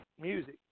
music